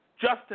Justin